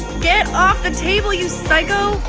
get off the table, you psycho.